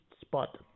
spot